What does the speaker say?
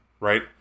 Right